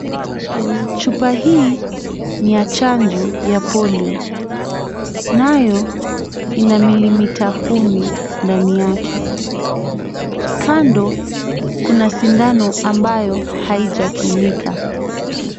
Chupa hii ni ya chanjo ya polio nayo ina milimita kumi ndani yake. Kando kuna sindano ambayo haijatumika.